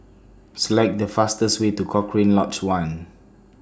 Select The fastest Way to Cochrane Lodge one